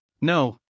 No